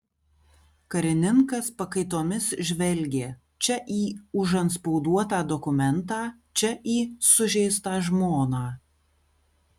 karininkas pakaitomis žvelgė čia į užantspauduotą dokumentą čia į sužeistą žmoną